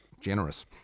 generous